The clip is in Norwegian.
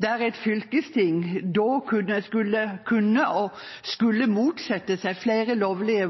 der et fylkesting skulle kunne motsette seg flere lovlig